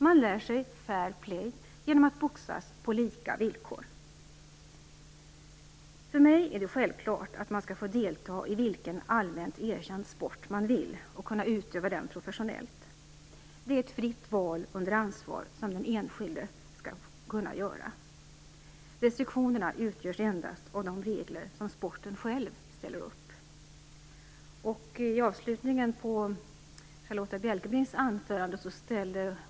Man lär sig fair play genom att boxas på lika villkor. För mig är det självklart att man skall få delta i vilken allmänt erkänd sport man vill och kunna utöva den professionellt. Det är ett fritt val under ansvar som den enskilde skall kunna göra. Restriktionerna utgörs endast av de regler sporten själv ställer upp. I slutet av sitt anförande ställde Charlotta Bjälkebring en fråga.